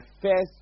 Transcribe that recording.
first